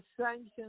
sanctions